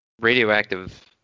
radioactive